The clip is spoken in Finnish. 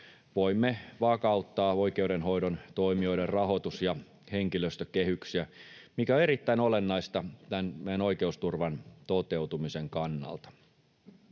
voimme vakauttaa oikeudenhoidon toimijoiden rahoitus- ja henkilöstökehyksiä, mikä on erittäin olennaista tämän meidän oikeusturvamme toteutumisen kannalta.